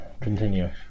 continue